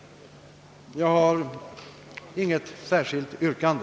Jag har inget särskilt yrkande.